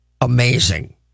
amazing